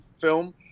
film